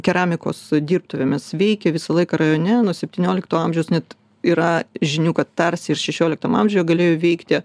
keramikos dirbtuvėmis veikė visą laiką rajone nuo septyniolikto amžiaus net yra žinių kad tarsi ir šešioliktam amžiuje galėjo veikti